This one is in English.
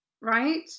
right